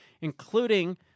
including